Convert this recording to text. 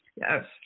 Yes